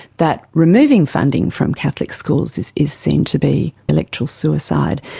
that removing funding from catholic schools is is seen to be electoral suicide.